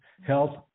health